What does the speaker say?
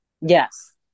Yes